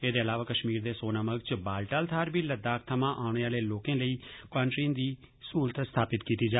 एहदे अलावा कश्मीर दे सोनामार्ग च बालटाल थाहर बी लद्दाख थमां औने आले लोकें लेई क्वारटीन दी सहूलत स्थापित कीती जा